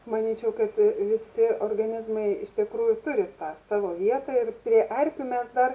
manyčiau kad visi organizmai iš tikrųjų turi tą savo vietą ir prie erkių mes dar